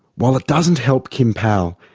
while it doesn't help kim powell,